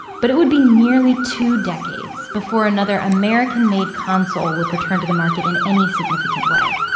but it would be nearly two decades before another american-made console would return to the market in any significant way,